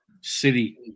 City